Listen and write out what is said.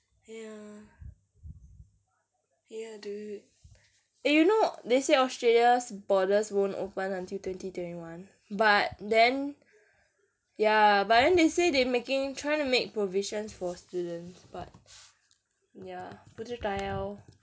ya ya dude eh you know they say australia's borders won't open until twenty twenty one but then ya but then they say they making trying to make provisions for students but ya 不知道